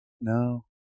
No